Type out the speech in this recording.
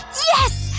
yes!